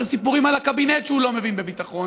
סיפורים על הקבינט שהוא לא מבין בביטחון,